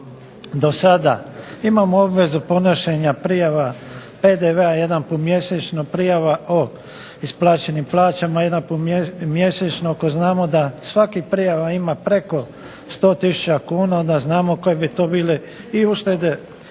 do sada imamo obvezu podnošenja prijava PDV-a jednom mjesečno, prijava o isplaćenim plaćama jedan puta mjesečno. Ako znamo da svaka prijava ima preko 100 tisuća onda znamo koje bi to bile usluge